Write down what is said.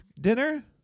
dinner